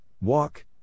walk